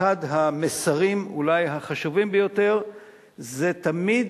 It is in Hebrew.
אחד המסרים אולי החשובים ביותר זה תמיד